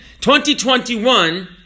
2021